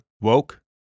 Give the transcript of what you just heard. Woke